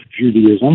Judaism